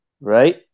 Right